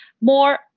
more